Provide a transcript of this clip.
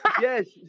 yes